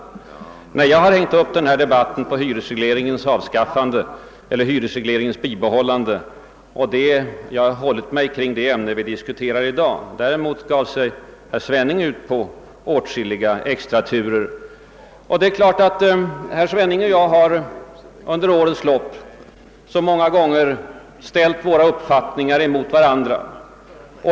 Nej, herr Svenning, när jag tog upp den debatten om hyresregleringens avskaffande eller rättare sagt dess bibehållande höll jag mig kring dagens ämne. Däremot gav sig herr Svenning ut på åtskilliga andra vägar. Herr Svenning och jag har under årens lopp många gånger ställt våra uppfattningar mot varandra.